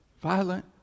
Violent